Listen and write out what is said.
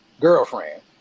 girlfriend